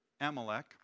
Amalek